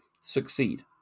succeed